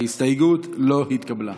ההסתייגות לא התקבלה.